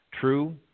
true